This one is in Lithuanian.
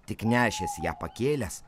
tik nešęs ją pakėlęs